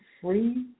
free